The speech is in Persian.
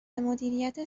مدیریت